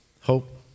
Hope